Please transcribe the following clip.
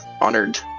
honored